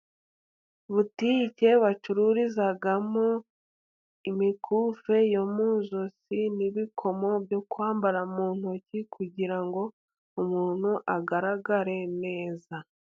Butike bacurururizamo imikufi yo muzosi n'ibikomo byo kwambara mu ntoki, kugira ngo umuntu agaragare neza.